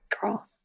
Girl